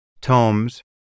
tomes